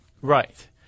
Right